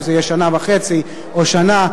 אם זה יהיה שנה וחצי או שנה.